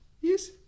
Yes